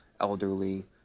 elderly